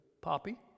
Poppy